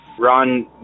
Ron